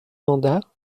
mandat